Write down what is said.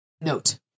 note